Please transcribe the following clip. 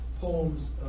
poems